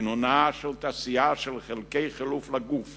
לכינונה של תעשייה של חלקי חילוף לגוף